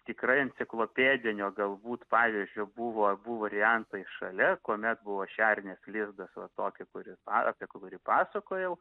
tikrai enciklopedinio galbūt pavyzdžio buvo abu variantai šalia kuomet buvo šernės lizdas va tokį kuris pa apie kurį pasakojau